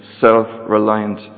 self-reliant